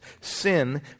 sin